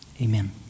amen